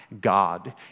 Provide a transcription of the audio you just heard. God